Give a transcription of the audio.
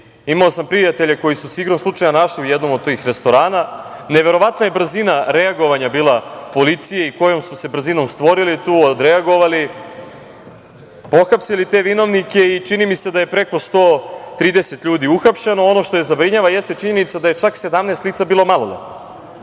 Imao sam prijatelje, koji su se, igrom slučaja, našli u jednom od tih restorana. Neverovatna je brzina reagovanja bila policije i kojom su se brzinom stvorili tu, odreagovali, pohapsili te vinovnike. I čini mi se da je preko 130 ljudi uhapšeno. Ono što zabrinjava jeste činjenica da je čak 17 lica bilo maloletno.